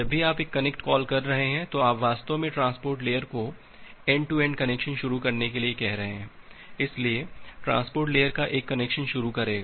जब भी आप एक कनेक्ट कॉल कर रहे हैं तो आप वास्तव में ट्रांसपोर्ट लेयर को एंड टू एंड कनेक्शन शुरू करने के लिए कह रहे हैं इसलिए ट्रांसपोर्ट लेयर एक कनेक्शन शुरू करेगा